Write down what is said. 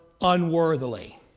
unworthily